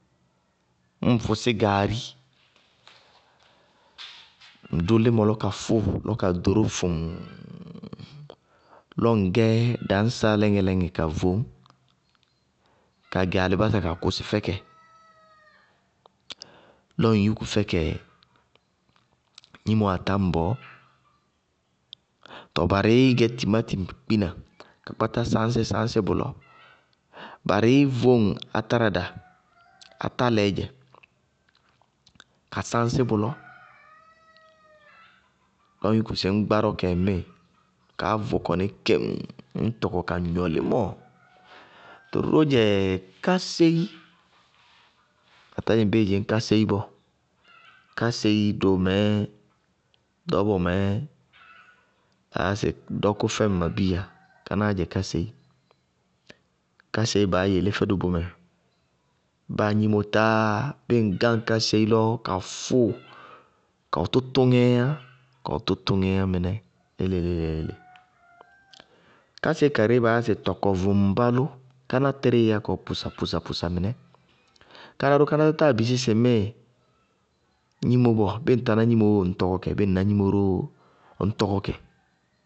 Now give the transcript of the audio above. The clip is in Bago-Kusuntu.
Ñŋ ŋfʋsí gaari, ŋ dʋ límɔ lɔ ka ɖoró fʋŋŋ! lɔ ŋgɛ dañsá lɛŋɛlɛŋɛ ka voñ, kagɛ alɩbása ka kʋsɩ fɛkɛ, lɔ ŋ yúku fɛkɛ gnimo atáŋbɔɔ, tɔɔ barɩí gɛ timáti kpina, ka kpátá sañsí sáñsí bʋlɔ, barɩí vóŋ átárada, átálɛ ɛ dzɛ ka sáñsí bʋlɔ, lɔ ŋ yúku sɩ ñ gbárɔ kɛ ŋmíɩ, ññ tɔkɔ káá vɔkɔní kɛŋŋŋ, ññ tɔkɔ ka gnɔ límɔ, tʋrʋ róó dzɛ káseyi, ma tá dzɩŋ bíɩ ɩ dzɩñ kseyíá bɔɔ. Káseyi doomɛɛ ɖɔɔbɔmɛɛ baá yá sɩ dɔkʋfɛŋ ma bíya. Kánáá dzɛ káseyi. Káseyií baá yelé fɛdʋ bómɛ. Báa gnimo táá, bíɩ ŋ gáŋ káseyi lɔ ka fʋʋ, kawɛ tʋrʋmɛɛ yá, kawɛ tʋtʋŋɛɛ yá mɩnɛ léle-léle. Káseyi karɩí baá yá sɩ tɔkɔvʋŋ ŋbálʋ. Káná tɩríɩíyá kawɛ pʋsapʋsapʋsa mɩnɛ. Káná ró káná tá táa bisí sɩŋmíɩ, gnimo bɔɔ. Bíɩ táná gnimoó, ŋñ tɔkɔ kɛ, bíɩ ŋná gnimoó ŋñ tɔkɔ kɛ.